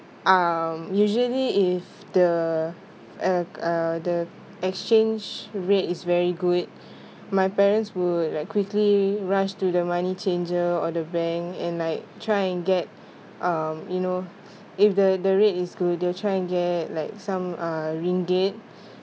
um usually if the uh uh the exchange rate is very good my parents would like quickly rushed to the money changer or the bank and like try and get um you know if the the rate is good they'll try and get like some uh ringgit